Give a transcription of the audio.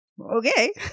Okay